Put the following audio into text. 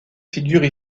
figurent